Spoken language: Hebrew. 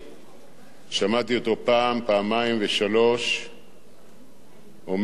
פעמיים ושלוש פעמים אומר שהמשרד מיותר,